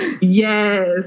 Yes